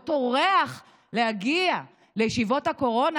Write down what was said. לא טורח להגיע לישיבות הקורונה,